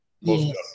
Yes